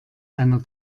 einer